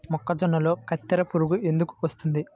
మొక్కజొన్నలో కత్తెర పురుగు ఎందుకు వస్తుంది?